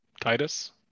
Titus